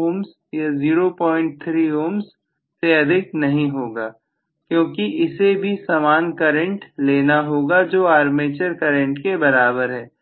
ohms या 03 ohms से अधिक नहीं होगा क्योंकि इसे भी सामान करंट लेना होगा जो आर्मेचर करंट के बराबर है